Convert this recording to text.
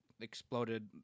exploded